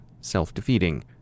self-defeating